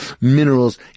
minerals